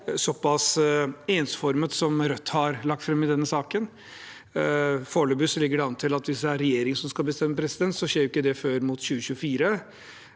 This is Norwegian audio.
såpass ensformet som det Rødt har lagt fram i denne saken. Foreløpig ligger det an til at hvis det er regjeringen som skal bestemme, skjer ikke det før mot 2024,